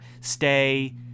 stay